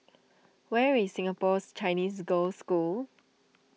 where is Singapore's Chinese Girl School